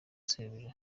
sebuja